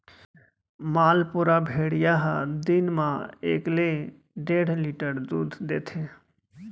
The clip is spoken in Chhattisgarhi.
मालपुरा भेड़िया ह दिन म एकले डेढ़ लीटर दूद देथे